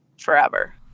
forever